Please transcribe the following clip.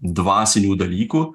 dvasinių dalykų